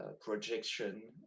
Projection